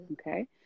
okay